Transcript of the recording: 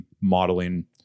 modeling